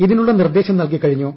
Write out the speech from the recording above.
ഇതിനുള്ള നിർദ്ദേശം നല്കി കഴിഞ്ഞു